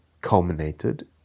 culminated